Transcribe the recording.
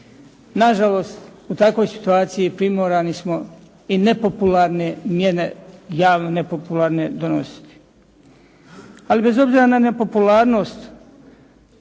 Nažalost u takvoj situaciji primorani smo i nepopularne mjere, javno nepopularno donositi. Ali bez obzira ne nepopularnost